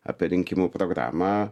apie rinkimų programą